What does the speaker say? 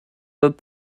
that